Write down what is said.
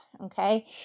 okay